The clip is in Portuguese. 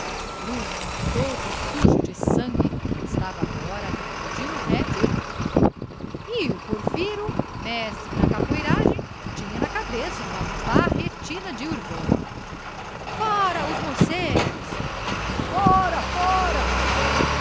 bruno todo sujo de sangue estava agora armado de um refle e o porfiro mestre na capoeiragem tinha na cabeça uma barretina de urbano fora os morcegos fora fora